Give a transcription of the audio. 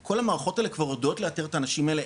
כל המערכות האלה כבר יודעות לאתר את האנשים האלה,